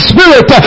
Spirit